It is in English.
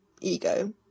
ego